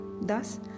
Thus